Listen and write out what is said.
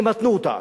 ימתנו אותה,